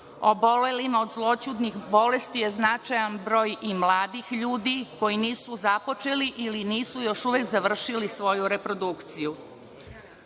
obolelima od zloćudnih bolesti je značajan broj i mladih ljudi koji nisu započeli ili nisu još uvek završili svoju reprodukciju. Takođe,